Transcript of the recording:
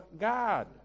God